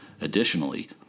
Additionally